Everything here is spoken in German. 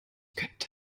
könnte